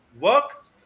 work